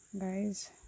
guys